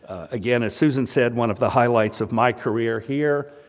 again, as susan said, one of the highlights of my career here,